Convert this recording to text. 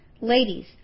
Ladies